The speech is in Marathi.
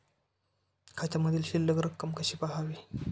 खात्यामधील शिल्लक रक्कम कशी पहावी?